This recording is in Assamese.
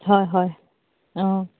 হয় হয় অঁ